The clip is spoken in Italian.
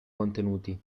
contenuti